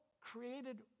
created